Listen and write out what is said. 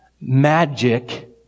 magic